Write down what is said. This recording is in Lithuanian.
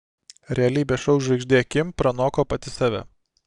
realybės šou žvaigždė kim pranoko pati save